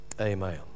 Amen